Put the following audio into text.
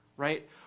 right